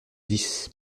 dix